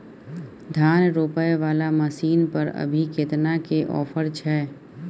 धान रोपय वाला मसीन पर अभी केतना के ऑफर छै?